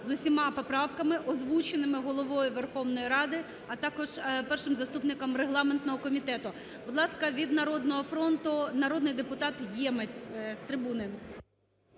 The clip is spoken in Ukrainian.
з усіма поправками, озвученими Головою Верховної Ради, а також першим заступником регламентного комітету. Будь ласка, від "Народного фронту" народний депутат Ємець з трибуни.